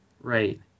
Right